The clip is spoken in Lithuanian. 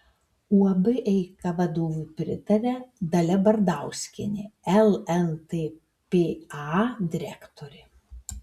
uab eika vadovui pritaria dalia bardauskienė lntpa direktorė